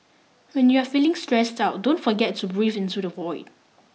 when you are feeling stressed out don't forget to breathe into the void